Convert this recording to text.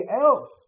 else